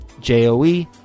J-O-E